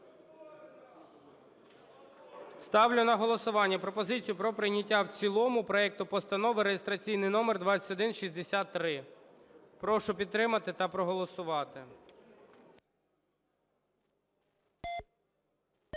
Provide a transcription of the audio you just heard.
Ставлю на голосування пропозицію про прийняття в цілому проекту Постанови (реєстраційний номер 2163). Прошу підтримати та проголосувати.